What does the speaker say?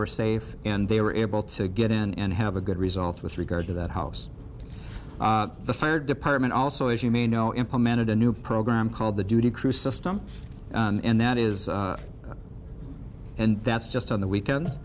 were safe and they were able to get in and have a good result with regard to that house the fire department also as you may know implemented a new program called the duty crew system and that is and that's just on the